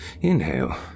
Inhale